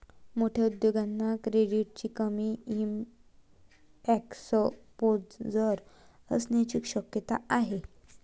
मोठ्या उद्योगांना क्रेडिटचे कमी एक्सपोजर असण्याची शक्यता आहे